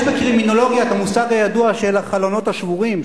יש בקרימינולוגיה המושג הידוע "החלונות השבורים".